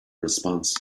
response